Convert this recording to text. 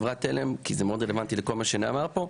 כי זה מאוד רלוונטי לכל מה שנאמר פה,